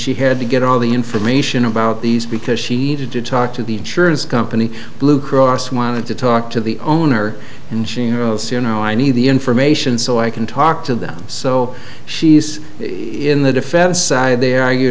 she had to get all the information about these because she needed to talk to the insurance company blue cross wanted to talk to the owner and see you know i need the information so i can talk to them so she's in the defense side they ar